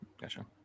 Gotcha